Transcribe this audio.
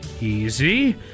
easy